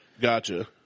Gotcha